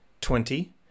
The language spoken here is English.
twenty